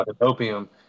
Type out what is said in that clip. opium